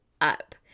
up